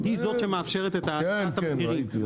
היא זו שמאפשרת את האטת המחירים.